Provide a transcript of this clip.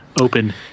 open